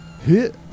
hit